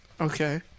Okay